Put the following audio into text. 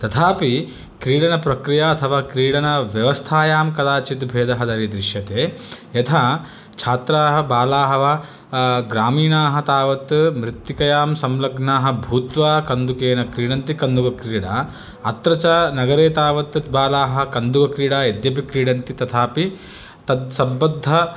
तथापि क्रीडनप्रक्रिया अथवा क्रीडनव्यवस्थायां कदाचित् भेदः दरीदृश्यते यथा छात्राः बालाः वा ग्रामीणाः तावत् मृत्तिकायां संलग्नाः भूत्वा कन्दुकेन क्रीडन्ति कन्दुकक्रीडा अत्र च नगरे तावत् बालाः कन्दुकक्रीडा यद्यपि क्रीडन्ति तथापि तद्सम्बद्ध